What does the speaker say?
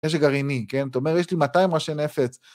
נשק גרעיני, כן? אתה אומר, יש לי 200 ראשי נפץ.